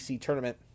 tournament